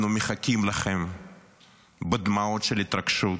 אנחנו מחכים לכם בדמעות של התרגשות,